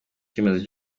icyemezo